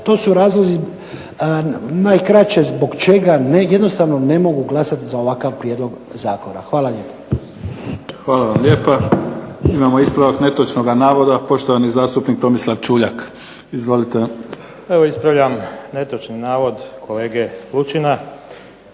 to su razlozi najkraće zbog čega jednostavno ne mogu glasati za ovakav prijedlog zakona. Hvala lijepo. **Mimica, Neven (SDP)** Hvala vam lijepa. Imamo ispravak netočnoga navoda, poštovani zastupnik Tomislav Čuljak. Izvolite. **Čuljak, Tomislav (HDZ)** Evo ispravljam netočni navod kolege Lučina.